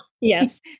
Yes